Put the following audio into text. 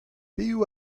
piv